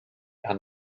and